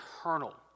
eternal